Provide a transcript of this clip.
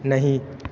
نہیں